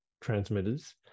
transmitters